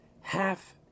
half